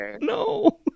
no